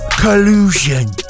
Collusion